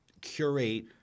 curate